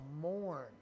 mourn